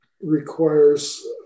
requires